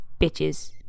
bitches